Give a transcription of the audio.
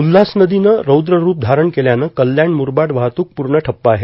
उल्हास नदीनं रौद्र रूप धारण केल्यानं कल्याण मुरबाड वाहतूक पूर्ण ठप्प आहे